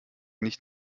nicht